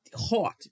hot